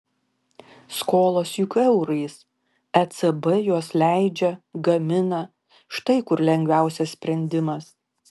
skolos juk eurais ecb juos leidžia gamina štai kur lengviausias sprendimas